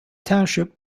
township